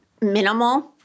minimal